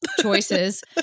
choices